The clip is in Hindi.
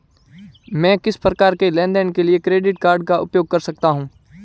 मैं किस प्रकार के लेनदेन के लिए क्रेडिट कार्ड का उपयोग कर सकता हूं?